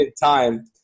time